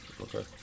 Okay